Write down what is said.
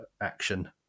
action